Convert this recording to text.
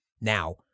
now